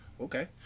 Okay